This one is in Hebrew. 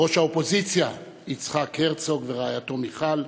ראש האופוזיציה יצחק הרצוג ורעייתו מיכל,